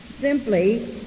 Simply